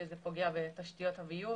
שזה פוגע בתשתיות הביוב,